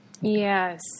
Yes